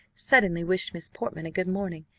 suddenly wished miss portman a good morning,